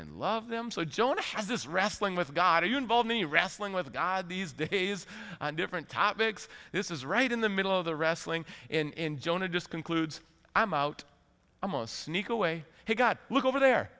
and love them so jonah has this wrestling with god or you involve me wrestling with god these days on different topics this is right in the middle of the wrestling in jonah just concludes i'm out almost sneak away he got look over the